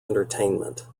entertainment